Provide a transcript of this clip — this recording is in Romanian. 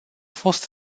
fost